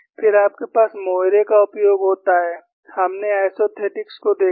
फिर आपके पास मोइरेMoiré का उपयोग होता है हमने आइसोथेटिक्स को देखा है